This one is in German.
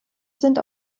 sind